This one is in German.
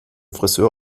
frisör